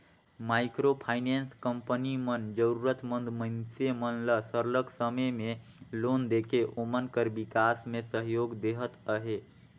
micro finance company मन जरूरत मंद मइनसे मन ल सरलग समे में लोन देके ओमन कर बिकास में सहयोग देहत अहे